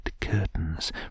curtains